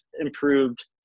improved